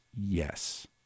yes